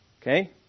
okay